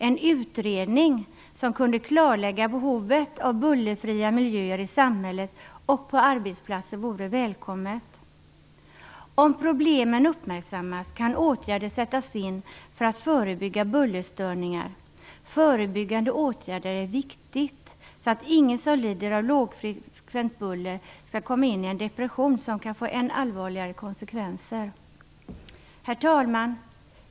En utredning som kunde klarlägga behovet av bullerfria miljöer i samhället och på arbetsplatser vore välkommen. Om problemen uppmärksammas kan åtgärder sättas in för att förebygga bullerstörningar. Förebyggande åtgärder är viktigt, så att ingen som lider av lågfrekvent buller kommer in i en depression som kan få än allvarligare konsekvenser. Herr talman!